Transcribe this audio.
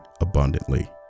abundantly